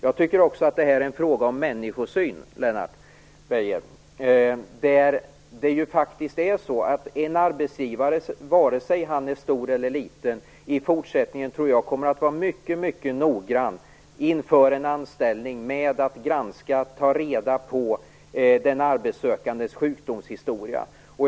Jag tycker också att det är en fråga om människosyn, Lennart Beijer. En arbetsgivare - vare sig han är stor eller liten - kommer i fortsättningen att vara mycket noggrann inför en anställning med att ta reda på den arbetssökandes sjukdomshistoria.